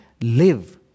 live